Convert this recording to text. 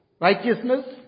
righteousness